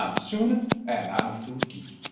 i'm sune and i'm a foodgeek.